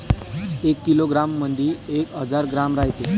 एका किलोग्रॅम मंधी एक हजार ग्रॅम रायते